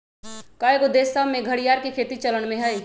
कएगो देश सभ में घरिआर के खेती चलन में हइ